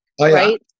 right